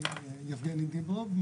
אני יבגני דיברוב,